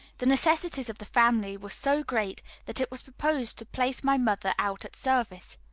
the necessities of the family were so great, that it was proposed to place my mother out at service.